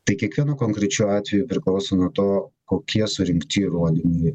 tai kiekvienu konkrečiu atveju priklauso nuo to kokie surinkti įrodymai